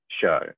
show